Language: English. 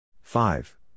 Five